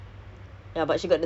she's a